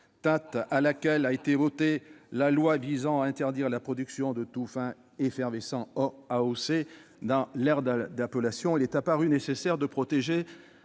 date à laquelle a été votée la loi visant à interdire la production de tout vin effervescent hors AOC dans l'aire d'appellation, il est apparu nécessaire de protéger